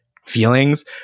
feelings